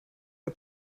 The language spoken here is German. wir